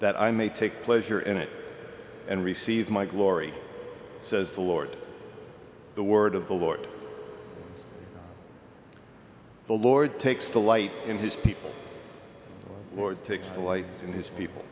that i may take pleasure in it and receive my glory says the lord the word of the lord the lord takes the light in his people or takes the light and his people